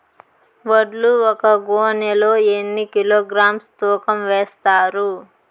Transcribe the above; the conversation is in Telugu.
వడ్లు ఒక గోనె లో ఎన్ని కిలోగ్రామ్స్ తూకం వేస్తారు?